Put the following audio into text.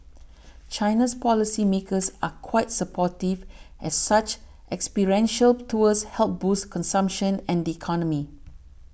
China's policy makers are quite supportive as such experiential tours help boost consumption and the economy